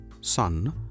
sun